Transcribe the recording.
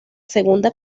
segunda